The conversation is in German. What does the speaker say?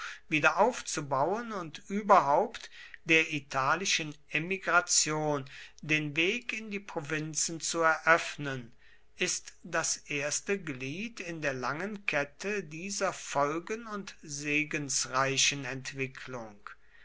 wiederaufzubauen und überhaupt der italischen emigration den weg in die provinzen zu eröffnen ist das erste glied in der langen kette dieser folgen und segensreichen entwicklung